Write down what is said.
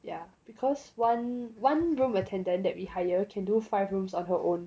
ya because one one room attendant that we hire can do five rooms on her own